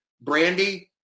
Brandy